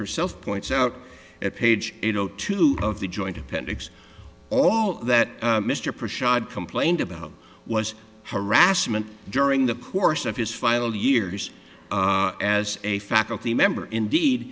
herself points out at page two of the joint appendix all that mr pre shared complained about was harassment during the course of his final years as a faculty member indeed